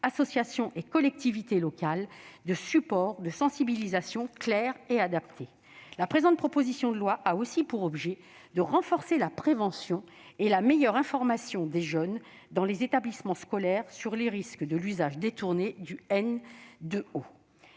associations et collectivités locales -de supports de sensibilisation clairs et adaptés. La présente proposition de loi a aussi pour objet de renforcer la prévention et la meilleure information des jeunes fréquentant les établissements scolaires sur les risques de l'usage détourné du N2O.